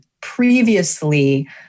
previously